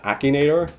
Akinator